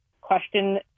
question